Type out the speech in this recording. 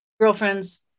girlfriends